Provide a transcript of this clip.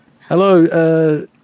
Hello